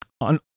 on